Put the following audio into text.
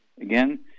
again